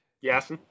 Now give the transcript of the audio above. Yes